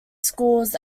schools